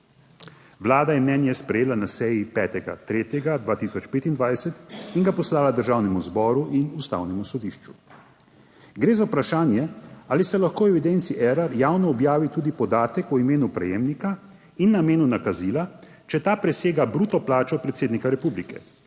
Vlada je mnenje sprejela na seji 5. 3. 2025 in ga poslala Državnemu zboru in Ustavnemu sodišču. Gre za vprašanje ali se lahko v evidenci Erar javno objavi tudi podatek o imenu prejemnika in namenu nakazila, če ta presega bruto plačo predsednika republike